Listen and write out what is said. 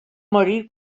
morir